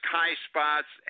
high-spots